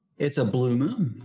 it's a blue moon.